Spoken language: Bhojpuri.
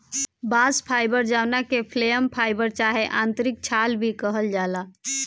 बास्ट फाइबर जवना के फ्लोएम फाइबर चाहे आंतरिक छाल भी कहल जाला